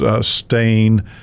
stain